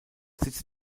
sitz